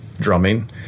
drumming